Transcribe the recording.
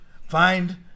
find